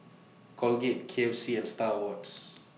Colgate K F C and STAR Awards